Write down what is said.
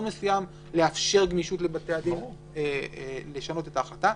מסוים לאפשר גמישות לבתי הדין לשנות את ההחלטה.